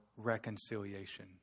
reconciliation